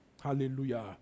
Hallelujah